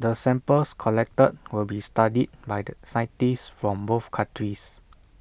the samples collected will be studied by the scientists from both countries